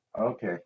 Okay